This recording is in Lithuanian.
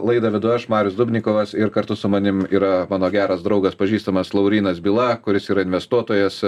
laidą vedu aš marius dubnikovas ir kartu su manim yra mano geras draugas pažįstamas laurynas byla kuris yra investuotojas